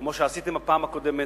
כמו שעשיתם בפעם הקודמת,